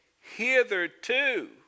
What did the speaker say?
hitherto